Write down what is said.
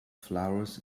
flowers